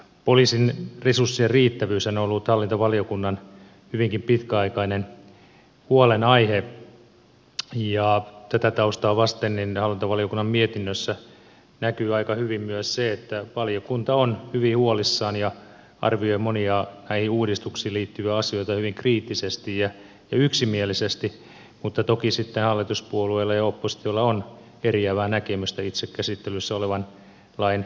poliisin resurssien riittävyys on ollut hallintovaliokunnan hyvinkin pitkäaikainen huolenaihe ja tätä taustaa vasten hallintovaliokunnan mietinnössä näkyy aika hyvin myös se että valiokunta on hyvin huolissaan ja arvioi monia näihin uudistuksiin liittyviä asioita hyvin kriittisesti ja yksimielisesti mutta toki sitten hallituspuolueilla ja oppositiolla on eriävää näkemystä itse käsittelyssä olevan lain esityksistä